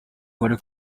bari